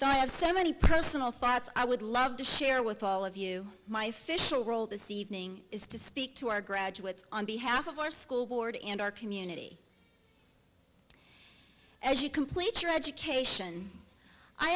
have so many personal thoughts i would love to share with all of you my fishel role this evening is to speak to our graduates on behalf of our school board and our community as you complete your education i